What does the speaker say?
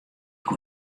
koe